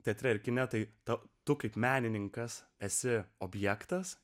teatre ir kine tai tau tu kaip menininkas esi objektas